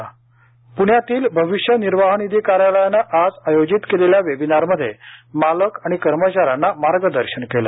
प्ण्यातील भविष्य निर्वाह निधी कार्यालयानं आज आयोजित वेबिनारमध्ये मालक आणि कर्मचाऱ्यांना मार्गदर्शन करण्यात आले